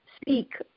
speak